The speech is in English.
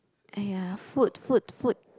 !aiya! food food food